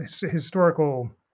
historical